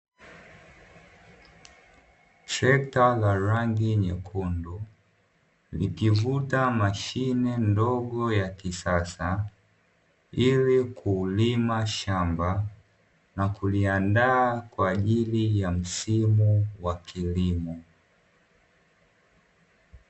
Trekta la rangi nyekundu likivuta mashine ndogo ya kisasa ili kulima shamba na kuliandaa kwa ajili ya msimu wa kilimo.